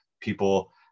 people